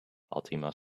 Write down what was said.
fatima